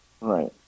Right